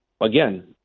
Again